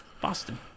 Boston